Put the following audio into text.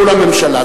מול הממשלה.